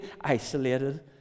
isolated